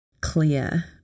clear